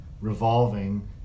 revolving